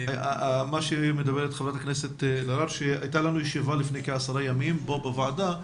מה שמדברת ח"כ אלהרר שהייתה לנו ישיבה לפני כעשרה ימים פה בוועדה,